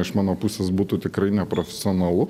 iš mano pusės būtų tikrai neprofesionalu